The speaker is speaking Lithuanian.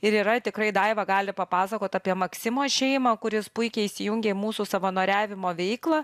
ir yra tikrai daiva gali papasakot apie maksimo šeimą kuris puikiai įsijungė į mūsų savanoriavimo veiklą